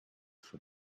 for